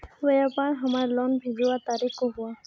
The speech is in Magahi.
व्यापार हमार लोन भेजुआ तारीख को हुआ?